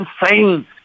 insane